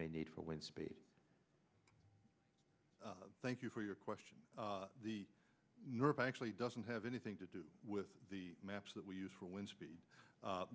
may need for wind speed thank you for your question the nerve actually doesn't have anything to do with the maps that we use for wind speed